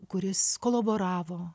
kuris kolaboravo